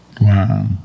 Wow